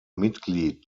mitglied